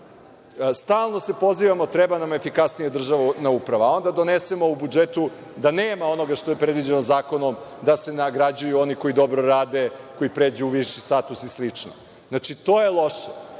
Stalno se pozivamo – treba nam efikasnija državna uprava, a onda donesemo u budžetu da nema onoga što je predviđeno zakonom da se nagrađuju oni koji dobro rade, koji pređu u viši status i slično. Znači, to je loše. Sada,